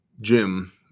Jim